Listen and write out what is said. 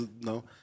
No